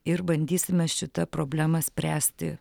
ir bandysime šitą problemą spręsti